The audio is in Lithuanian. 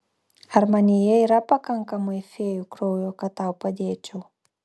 ar manyje yra pakankamai fėjų kraujo kad tau padėčiau